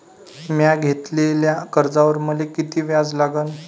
म्या घेतलेल्या कर्जावर मले किती व्याज लागन?